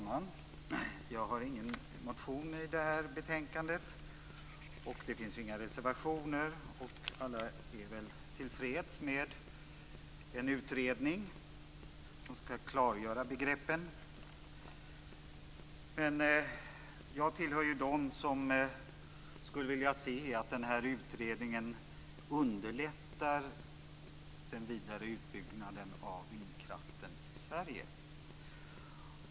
Fru talman! Jag har ingen motion i detta betänkande, och det finns inte heller några reservationer, och alla är väl till freds med en utredning som skall klargöra begreppen. Men jag tillhör dem som skulle vilja se att denna utredning underlättar den vidare utbyggnaden av vindkraften i Sverige.